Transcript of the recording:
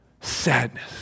sadness